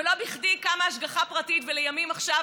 ולא בכדי קמה השגחה פרטית, ולימים, עכשיו